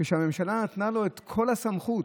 כשהממשלה נתנה לו את כל הסמכות,